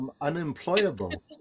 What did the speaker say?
Unemployable